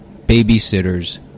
Babysitters